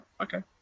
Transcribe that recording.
okay